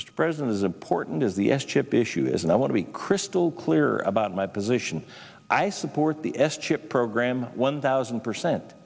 mr president as important as the s chip issue is and i want to be crystal clear about my position i support the s chip program one thousand percent